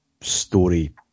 story